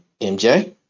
MJ